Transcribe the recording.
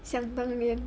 想当年